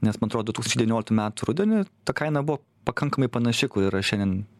nes man atrodo du tūkstančiai devynioliktų metų rudenį ta kaina buvo pakankamai panaši kuri yra šiandien